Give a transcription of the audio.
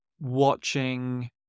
watching